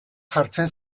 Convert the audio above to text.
jartzen